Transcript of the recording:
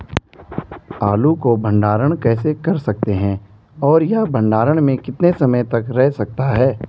आलू को भंडारण कैसे कर सकते हैं और यह भंडारण में कितने समय तक रह सकता है?